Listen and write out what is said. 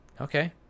Okay